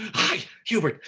hie hubert,